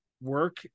work